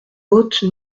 haute